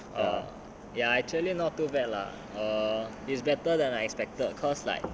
um ya actually not too bad lah err it's better than I expected cause like